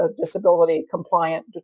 disability-compliant